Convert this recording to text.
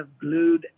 glued